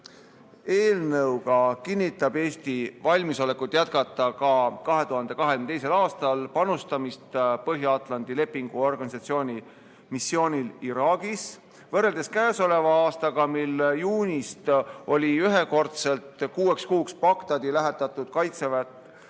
Eelnõuga kinnitab Eesti valmisolekut jätkata ka 2022. aastal panustamist Põhja-Atlandi Lepingu Organisatsiooni missioonil Iraagis. Võrreldes käesoleva aastaga, mil juunist oli ühekordselt kuueks kuuks Bagdadi lähetatud väekaitset